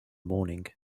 morning